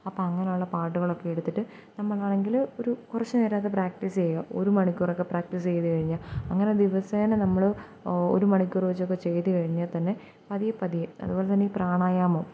അപ്പോൾ അങ്ങനെയുള്ള പാടുകളൊക്കെ എടുത്തിട്ട് നമ്മളാണെങ്കിൽ ഒരു കുറച്ചു നേരമത് പ്രാക്ടീസ് ചെയ്യുക ഒരു മണിക്കൂറൊക്കെ പ്രാക്ടീസ് ചെയ്തു കഴിഞ്ഞാൽ അങ്ങനെ ദിവസേന നമ്മൾ ഓ ഒരു മണിക്കൂറുവെച്ചൊക്കെ ചെയ്തു കഴിഞ്ഞാൽത്തന്നെ പതിയെ പതിയെ അതുപോലെതന്നെ ഈ പ്രാണായാമവും